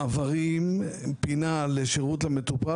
מעברים עם פינה של שירות למטופל,